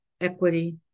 equity